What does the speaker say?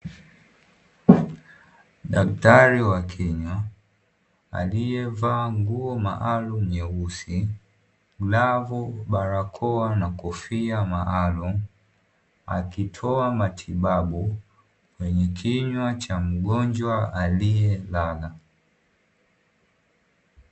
Daktari wa kinywa aliyevaa nguo maalumu nyeusi, glavu, barakoa na kofia maalumu akitoa matibabu kwenye kinywa cha mgonjwa aliyelala.